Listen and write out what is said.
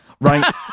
right